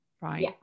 right